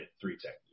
three-tech